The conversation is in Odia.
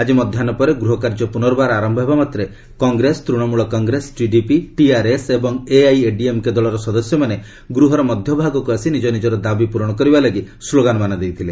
ଆକି ମଧ୍ୟାହ୍ ପରେ ଗୃହକାର୍ଯ୍ୟ ପୁନର୍ବାର ଆରମ୍ଭ ହେବାମାତ୍ରେ କଂଗ୍ରେସ ତୃଶମୂଳ କଂଗ୍ରେସ ଟିଡିପି ଟିଆର୍ଏସ୍ ଏବଂ ଏଆଇଏଡିଏମ୍କେ ଦଳର ସଦସ୍ୟମାନେ ଗୃହର ମଧ୍ୟଭାଗକୁ ଆସି ନିଜ ନିଜର ଦାବି ପୂରଣ କରିବାଲାଗି ସ୍କୋଗାନମାନ ଦେଇଥିଲେ